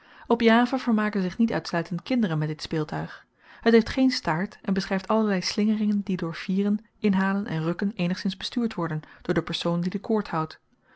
op java vermaken zich niet uitsluitend kinderen met dit speeltuig het heeft geen staart en beschryft allerlei slingeringen die door vieren inhalen en rukken eenigszins bestuurd worden door de persoon die de koord houdt